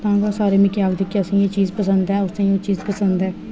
हून बस सारे मिगी आखदे कि मीं एह् चीज पसंद ऐ असेंगी एह् चीज़ पसंद ऐ